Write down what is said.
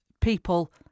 people